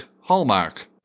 Hallmark